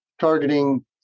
targeting